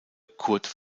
curt